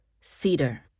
cedar